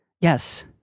Yes